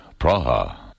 Praha